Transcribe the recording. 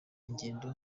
ingendo